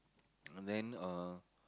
and then